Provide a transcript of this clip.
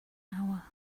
hour